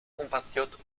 compatriotes